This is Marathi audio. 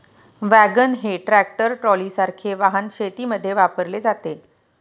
वॅगन हे ट्रॅक्टर ट्रॉलीसारखे वाहन शेतीमध्ये वापरले जाते